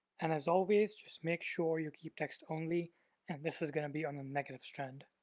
and as always, just make sure you keep text only and this is going to be on the negative strand.